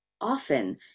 often